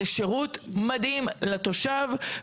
זה שירות מדהים לתושב,